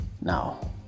Now